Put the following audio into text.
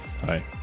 Hi